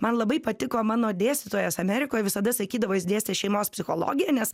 man labai patiko mano dėstytojas amerikoj visada sakydavo jis dėstė šeimos psichologiją nes